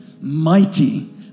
mighty